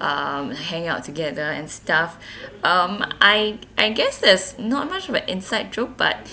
um hanging out together and stuff um I I guess there's not much of a inside joke but